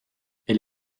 elle